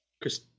Chris